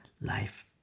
life